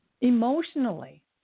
emotionally